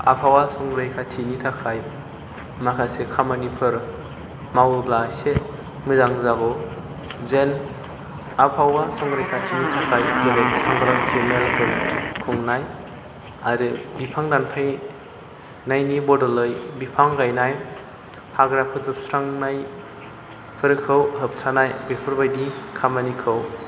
आबहावा संरैखाथिनि थाखाय माखासे खामानिफोर मावोब्ला एसे मोजां जागौ जेन आबहावा संरैखाथिनि थाखाय जेरै सांग्रांथि मेलफोर खुंनाय आरो बिफां दानफायनायनि बदलै बिफां गायनाय हाग्रा फोजोबस्रांनायफोरखौ होबथानाय बेफोरबायदि खामानिखौ